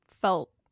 felt